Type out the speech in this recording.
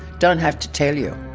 don't have to tell you.